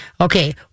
Okay